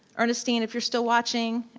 ernestine, if you're still watching,